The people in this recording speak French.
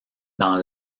dans